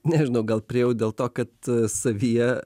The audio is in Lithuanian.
nežinau gal priėjau dėl to kad savyje